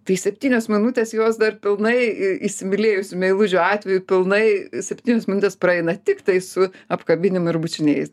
tai septynios minutės juos dar pilnai įsimylėjusių meilužių atveju pilnai septynios minutės praeina tiktai su apkabinimu ir bučiniais